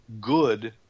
good